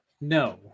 No